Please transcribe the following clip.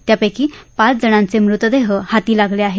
त्यापैकी पाच जणांचे मृतदेह हाती लागले आहेत